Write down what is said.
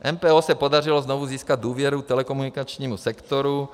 MPO se podařilo znovu získat důvěru telekomunikačnímu sektoru.